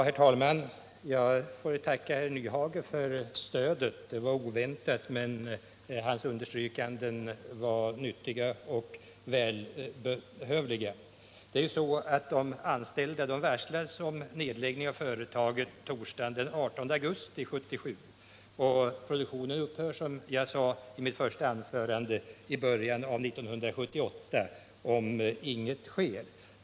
Herr talman! Jag får tacka herr Nyhage för stödet. Det var oväntat, men hans understrykanden var nyttiga och välbehövliga. De anställda varslades om nedläggning av företaget torsdagen den 18 augusti 1977. Produktionen upphör, som jag sade i mitt första anförande, i början av 1978, om inget sker.